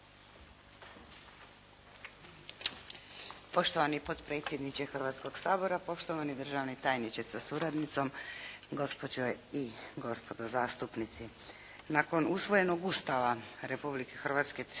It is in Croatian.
Poštovani potpredsjedniče Hrvatskog sabora, poštovani državni tajniče sa suradnicom, gospođe i gospodo zastupnici. Nakon usvojenog Ustava Republike Hrvatske 1990.